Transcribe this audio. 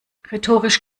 rhetorisch